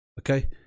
Okay